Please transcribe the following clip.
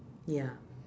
ya